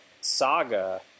Saga